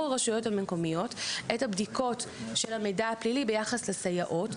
הרשויות המקומיות את הבדיקות של המידע הפלילי ביחס לסייעות,